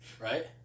Right